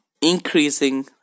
increasing